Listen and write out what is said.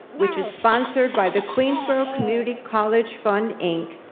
which is sponsored by the queensborough community college fund inc,